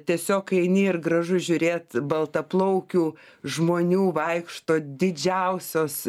tiesiog eini ir gražu žiūrėt baltaplaukių žmonių vaikšto didžiausios